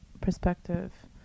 perspective